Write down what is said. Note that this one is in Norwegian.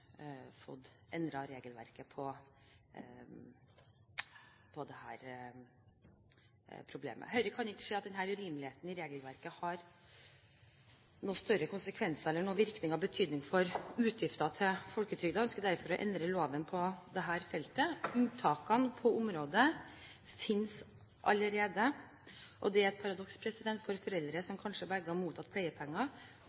regelverket når det gjelder dette problemet. Høyre kan ikke se at denne urimeligheten i regelverket har noe større konsekvenser eller noen virkning av betydning for utgifter til folketrygden, og ønsker derfor å endre loven på dette feltet. Unntakene på området finnes allerede, og det er et paradoks for foreldre som